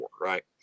right